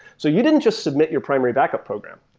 so you didn't just submit your primary backup program.